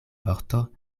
vorto